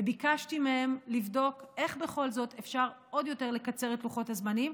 וביקשתי מהם לבדוק איך בכל זאת אפשר עוד יותר לקצר את לוחות הזמנים,